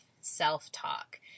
self-talk